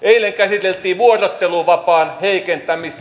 eilen käsiteltiin vuorotteluvapaan heikentämistä